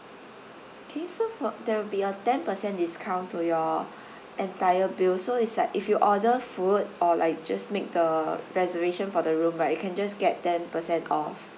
okay so for there will be a ten percent discount to your entire bill so it's like if you order food or like just make the reservation for the room right you can just get ten percent off